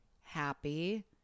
happy